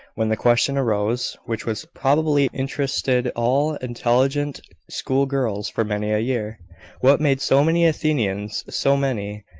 when the question arose, which has probably interested all intelligent school-girls for many a year what made so many athenians so many,